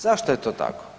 Zašto je to tako?